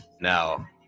now